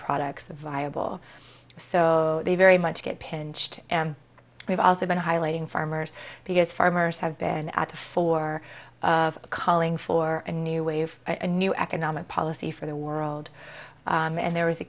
products a viable so they very much get pinched and we've also been highlighting farmers because farmers have been at the for calling for a new way of a new economic policy for the world and there was a